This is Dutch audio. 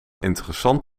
interessant